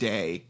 Day